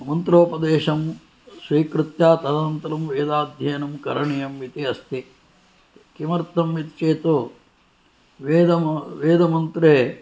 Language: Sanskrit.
मन्त्रोपदेशं स्वीकृत्य तदनन्तरं वेदाध्ययनं करणीयम् इति अस्ति किमर्थम् इति चेत् वेदमन्त्रे